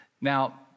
Now